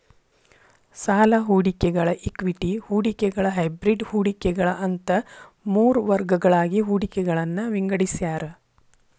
ಸಾಲ ಹೂಡಿಕೆಗಳ ಇಕ್ವಿಟಿ ಹೂಡಿಕೆಗಳ ಹೈಬ್ರಿಡ್ ಹೂಡಿಕೆಗಳ ಅಂತ ಮೂರ್ ವರ್ಗಗಳಾಗಿ ಹೂಡಿಕೆಗಳನ್ನ ವಿಂಗಡಿಸ್ಯಾರ